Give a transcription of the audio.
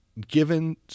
given